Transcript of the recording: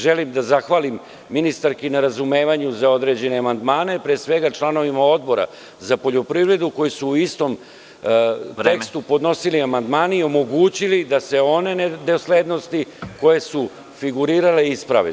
Želim da zahvalim ministarki na razumevanju za određene amandmane, a pre svega članovima Odbora za poljoprivredu, koji su u istom tekstu podnosili amandmane i omogućili da se one nedoslednosti koje su figurirale isprave.